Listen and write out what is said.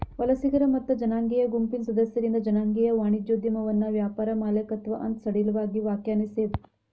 ವಲಸಿಗರ ಮತ್ತ ಜನಾಂಗೇಯ ಗುಂಪಿನ್ ಸದಸ್ಯರಿಂದ್ ಜನಾಂಗೇಯ ವಾಣಿಜ್ಯೋದ್ಯಮವನ್ನ ವ್ಯಾಪಾರ ಮಾಲೇಕತ್ವ ಅಂತ್ ಸಡಿಲವಾಗಿ ವ್ಯಾಖ್ಯಾನಿಸೇದ್